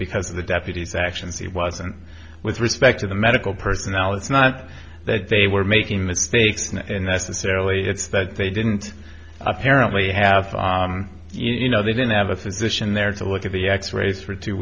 because of the deputy's actions he wasn't with respect to the medical personnel it's not that they were making mistakes and necessarily it's that they didn't apparently have you know they didn't have a physician there to look at the x rays for two